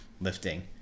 lifting